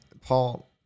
Paul